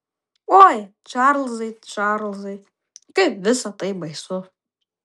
oi čarlzai čarlzai kaip visa tai baisu